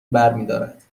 برمیدارد